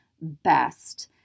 best